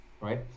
Right